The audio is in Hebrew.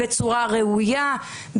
בצורה ראויה,